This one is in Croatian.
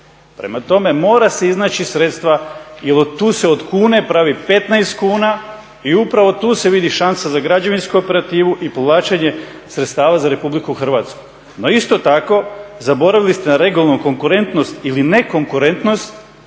Prema tome, mora se iznaći sredstva jer tu se od kune pravi 15 kuna i upravo tu se vidi šansa za građevinsku operativu i povlačenje sredstava za Republiku Hrvatsku. No, isto tako, zaboravili ste na regionalnu konkurentnost ili nekonkurentnost